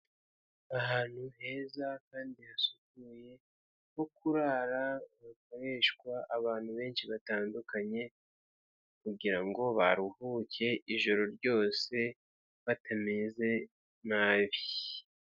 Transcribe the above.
Ahantu heza kandi hasukuye ho kurara, hakoreshwa abantu benshi batandukanye, kugira ngo baruhuke ijoro ryose, batameze nabi.